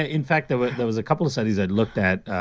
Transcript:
ah in fact, there was there was a couple of studies i looked at,